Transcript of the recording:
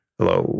Hello